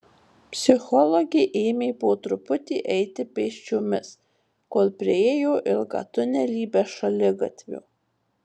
psichologė ėmė po truputį eiti pėsčiomis kol priėjo ilgą tunelį be šaligatvio